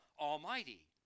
Almighty